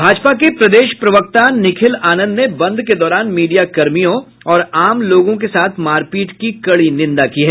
भाजपा के प्रदेश प्रवक्ता निखिल आनंद ने बंद के दौरान मीडिया कर्मियों और आम लोगों के साथ मारपीट की कड़ी निंदा की है